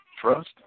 trust